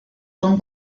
son